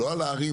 לא על הערים,